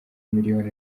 miliyoni